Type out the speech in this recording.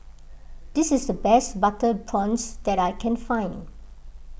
this is the best Butter Prawns that I can find